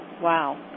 Wow